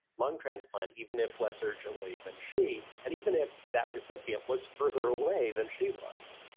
lung transplant even if less urgently than she, and even if that recipient was further away than she was,